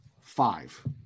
five